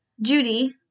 Judy